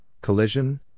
collision